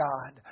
God